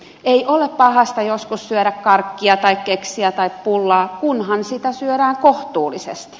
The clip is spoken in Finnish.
ei ole pahasta joskus syödä karkkia tai keksiä tai pullaa kunhan niitä syödään kohtuullisesti